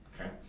okay